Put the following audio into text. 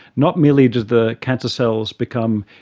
not merely does the cancer cells become,